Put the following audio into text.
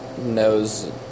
knows